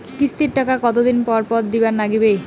কিস্তির টাকা কতোদিন পর পর দিবার নাগিবে?